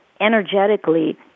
energetically